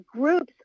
groups